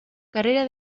carrera